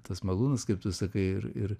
tas malūnas kaip tu sakai ir ir